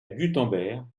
gutenberg